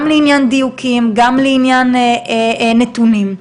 גם לעניין דיוקים, גם לעניין נתונים.